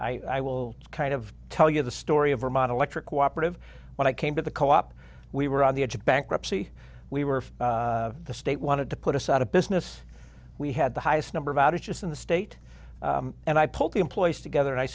back i will kind of tell you the story of vermont electric whopper of when i came to the co op we were on the edge of bankruptcy we were the state wanted to put us out of business we had the highest number of outages in the state and i pulled the employees together and i